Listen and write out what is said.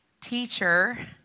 Teacher